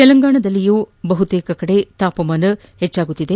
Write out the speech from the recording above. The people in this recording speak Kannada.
ತೆಲಂಗಾಣದಲ್ಲೂ ಬಹುತೇಕ ಕಡೆ ತಾಪಮಾನ ಹೆಚ್ಚಾಗುತ್ತಿದೆ